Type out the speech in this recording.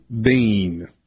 Bean